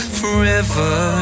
forever